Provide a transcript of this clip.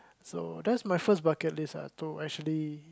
so that's my first bucket list ah to actually